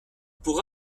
pour